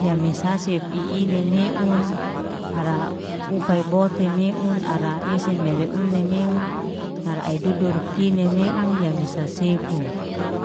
Ya me sasef i ini meun ara ufay boti meun ara esen meleone meun, ara ai dudur kini meun ya misa sefu,